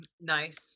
nice